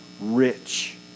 rich